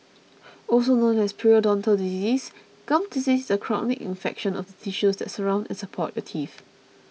also known as periodontal disease gum disease is a chronic infection of the tissues that surround and support your teeth